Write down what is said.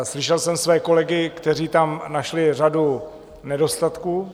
Slyšel jsem své kolegy, kteří tam našli řadu nedostatků.